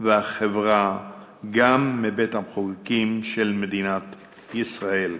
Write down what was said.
והחברה גם מבית-המחוקקים של מדינת ישראל.